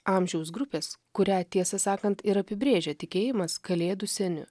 amžiaus grupės kurią tiesą sakant ir apibrėžia tikėjimas kalėdų seniu